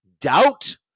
Doubt